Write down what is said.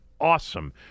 awesome